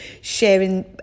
sharing